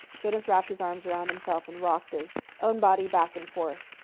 jonas wrapped his arms around himself and rocked his own body back and forth.